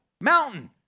mountain